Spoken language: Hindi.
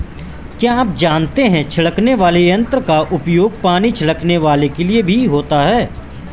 क्या आप जानते है छिड़कने वाले यंत्र का उपयोग पानी छिड़कने के लिए भी होता है?